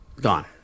Gone